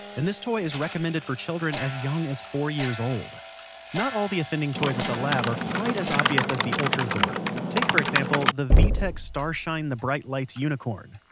and this toy is recommended for children as young as four years old not all the offending toys at the lab tested are quite as obvious as the ultrazord. take, for example, the v-tech's starshine the bright lights unicorn,